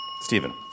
Stephen